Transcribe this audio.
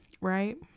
right